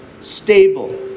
stable